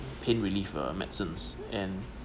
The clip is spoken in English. pain relief uh medicines and